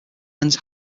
ends